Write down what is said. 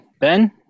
Ben